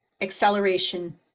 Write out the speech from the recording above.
acceleration